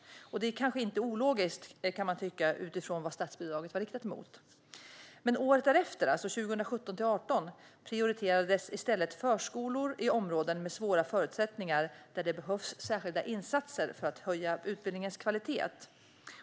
Kanske inte ologiskt, kan man tycka, utifrån vad statsbidraget var riktat mot. Året därefter, alltså 2017/18, prioriterades i stället förskolor i områden med svåra förutsättningar, där det behövs särskilda insatser för att höja utbildningens kvalitet.